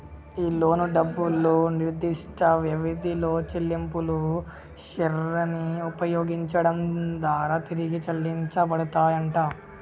ఈ లోను డబ్బులు నిర్దిష్ట వ్యవధిలో చెల్లింపుల శ్రెరిని ఉపయోగించడం దారా తిరిగి చెల్లించబడతాయంట